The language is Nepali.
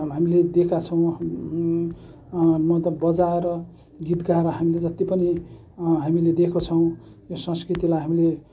हामीले दिएका छौँ म त बजाएर गीत गाएर हामीले जति पनि हामीले दिएको छौँ यो संस्कृतिलाई हामीले